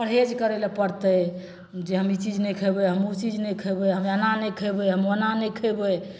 परहेज करै लए पड़तै जे हम चीज नहि खेबै हम ओ चीज नहि खेबै हम एना नहि खैबै हम ओना नहि खैबै